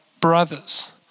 brothers